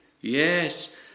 yes